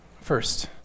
First